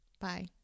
Bye